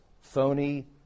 phony